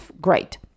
great